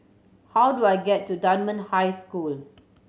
how do I get to Dunman High School